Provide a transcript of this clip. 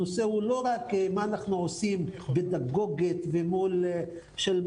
הנושא הוא לא רק מה אנחנו עושים פדגוגית ומול מפמ"רים,